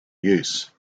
use